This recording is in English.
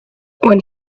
when